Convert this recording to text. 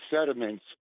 sediments